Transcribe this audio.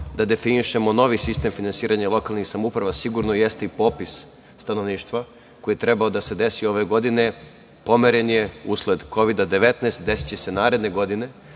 da definišemo novi sistem finansiranja lokalnih samouprava sigurno jeste i popis stanovništva, koji je trebalo da se desi ove godine, pomeren je usled Kovida-19. Desiće se naredne godine,